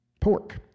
pork